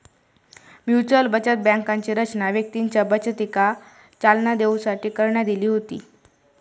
mutual बचत बँकांची रचना व्यक्तींच्या बचतीका चालना देऊसाठी करण्यात इली होती